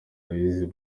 aloys